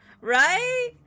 Right